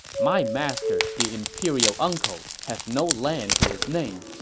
my master, the imperial uncle, has no land to his name,